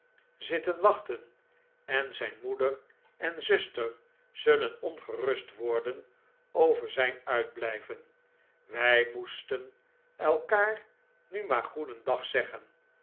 zitten wachten en zijn moeder en zuster zullen ongerust worden over zijn uitblijven wij moesten elkaar nu maar goedendag zeggen